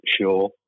sure